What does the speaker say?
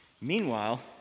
Meanwhile